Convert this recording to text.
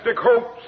hopes